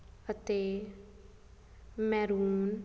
ਅਤੇ ਮੈਰੂਨ